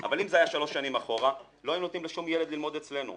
אבל אם זה היה שלוש שנים אחורה לא היינו נותנים לשום ילד ללמוד אצלנו.